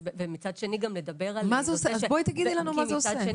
אז בואי תגידי לנו מה זה עושה.